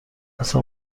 اصلا